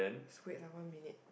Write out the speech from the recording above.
just wait one more minute